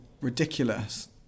ridiculous